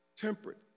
temperate